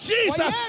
Jesus